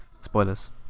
Spoilers